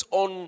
on